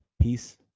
peace